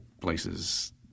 places